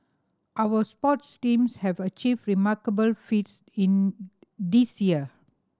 our sports teams have achieved remarkable feats in this year